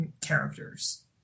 characters